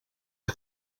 que